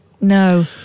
No